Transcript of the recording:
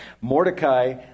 Mordecai